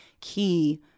key